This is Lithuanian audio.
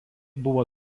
buvo